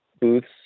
booths